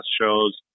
shows